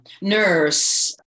nurse